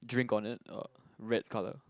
drink on it err red colour